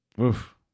Oof